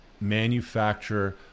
manufacture